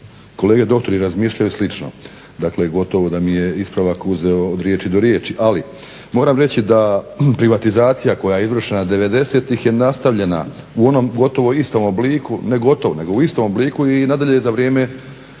kolege doktori razmišljaju slično. Dakle, gotovo da mi je ispravak uzeo od riječi do riječi, ali moram reći da privatizacija koja je izvršena '90-ih je nastavljena u onom gotovo istom obliku, ne gotovo nego u istom obliku i nadalje za vrijeme